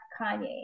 Kanye